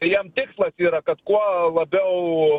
tai jiem tikslas yra kad kuo labiau